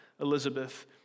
Elizabeth